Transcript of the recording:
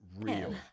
real